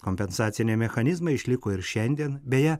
kompensaciniai mechanizmai išliko ir šiandien beje